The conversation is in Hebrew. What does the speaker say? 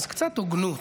אז קצת הוגנות,